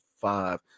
five